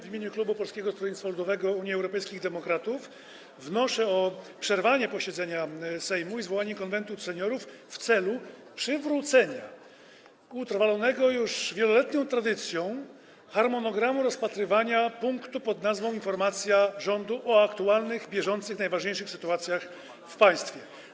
W imieniu klubu Polskiego Stronnictwa Ludowego - Unii Europejskich Demokratów wnoszę o przerwanie posiedzenia Sejmu i zwołanie Konwentu Seniorów w celu przywrócenia, utrwalonego już wieloletnią tradycją, harmonogramu rozpatrywania punktu: informacja rządu o aktualnych, bieżących, najważniejszych sytuacjach w państwie.